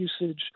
usage